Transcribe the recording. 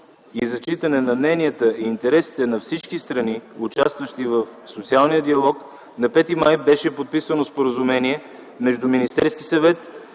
и зачитане на мненията и интересите на всички страни, участващи в социалния диалог, на 5 май беше подписано Споразумение между Министерския съвет,